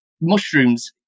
mushrooms